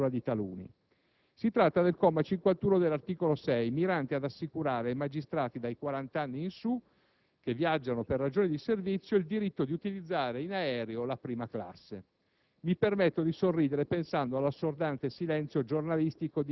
(la nostra Italia è sopravvissuta a ben altro), ma perché la dice lunga sulla disinvoltura di taluni. Si tratta del comma 51 dell'articolo 6, mirante ad assicurare ai magistrati dai 40 anni in su, che viaggiano per ragioni di servizio, il diritto di utilizzare in aereo la prima classe.